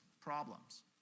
problems